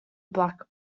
black